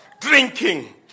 drinking